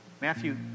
Matthew